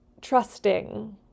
trusting